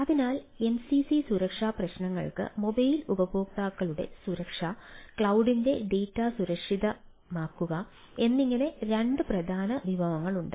അതിനാൽ എംസിസി സുരക്ഷാ പ്രശ്നങ്ങൾക്ക് മൊബൈൽ ഉപയോക്താക്കളുടെ സുരക്ഷ ക്ലൌഡിന്റെ ഡാറ്റ സുരക്ഷിതമാക്കുക എന്നിങ്ങനെ രണ്ട് പ്രധാന വിഭാഗങ്ങളുണ്ട്